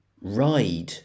ride